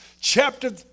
chapter